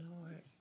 Lord